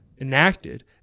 enacted